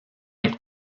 être